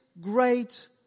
great